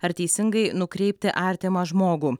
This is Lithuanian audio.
ar teisingai nukreipti artimą žmogų